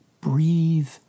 breathe